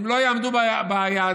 אם לא יעמדו ביעדים,